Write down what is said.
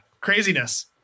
Craziness